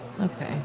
Okay